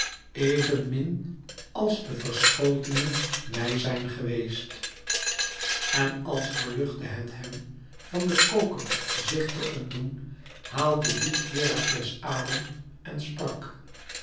evenmin als de verschotene mij zijn geweest en als verluchtte het hem van den koker zich te ontdoen haalde diep herakles adem en sprak